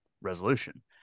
resolution